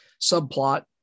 subplot